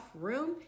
room